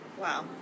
Wow